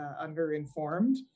under-informed